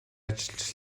ажиллаж